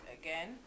again